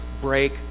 break